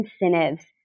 incentives